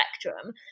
spectrum